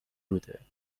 بوده